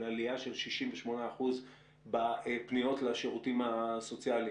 עלייה של 68 אחוזים בפניות לשירותים הסוציאליים,